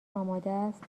آمادست